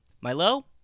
Milo